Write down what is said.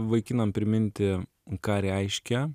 vaikinam priminti ką reiškia